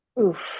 Oof